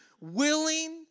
Willing